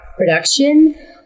production